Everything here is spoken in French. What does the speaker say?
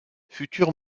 future